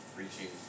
reaching